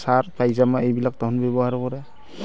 sir পায়জামা এইবিলাক তাহন ব্যৱহাৰ কৰে